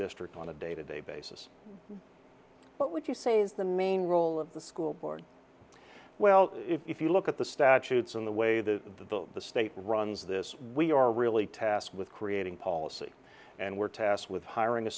district on a day to day basis what would you say is the main role of the school board well if you look at the statutes in the way the the the state runs this we are really tasked with creating policy and were tasked with hiring a